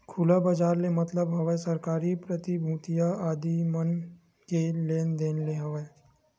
खुला बजार ले मतलब हवय सरकारी प्रतिभूतिया आदि मन के लेन देन ले हवय